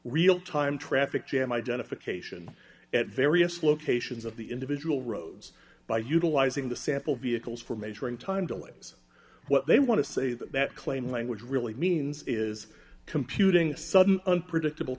real time traffic jam identification at various locations of the individual roads by utilizing the sample vehicles for measuring time delays what they want to say that that claim language really means is computing sudden unpredictable